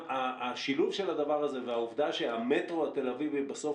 השילוב של הדבר הזה והעובדה שהמטרו התל אביבי בסוף